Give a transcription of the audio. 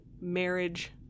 marriage